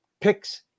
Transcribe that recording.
picks